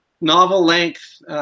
novel-length